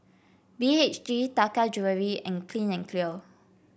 B H G Taka Jewelry and Clean and Clear